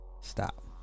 stop